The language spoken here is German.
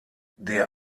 der